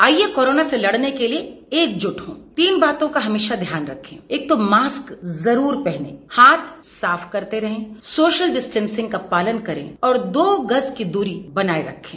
आईये कोरोना से लड़ने के लिए एकजुट हों तीन बातों का हमेशा ध्यान रखें एक तो मॉस्क जरूर पहने हाथ साफ करते रहें सोशल डिस्टेंसिंग का पालन करें और दो गज की दूरी बनाए रखें